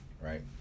right